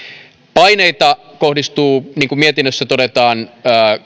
paineita kohdistuu niin kuin mietinnössä todetaan